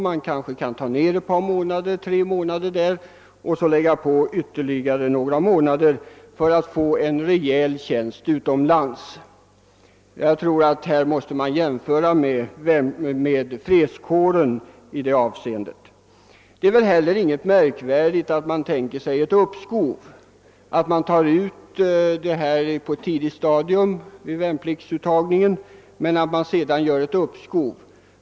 Man kanske skulle kunna minska den med tre månader och läg ga på ytterligare några månader för att vederbörande skall få realistisk tjänst utomlands. Jag tror att man i det avseendet måste jämföra med fredskåren. Det är heller inte något märkvärdigt att tänka sig ett uppskov. Uttagningen sker på ett tidigt stadium men sedan bör man kunna göra ett uppskov.